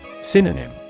Synonym